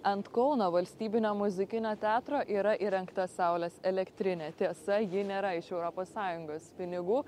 ant kauno valstybinio muzikinio teatro yra įrengta saulės elektrinė tiesa ji nėra iš europos sąjungos pinigų